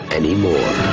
anymore